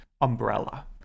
umbrella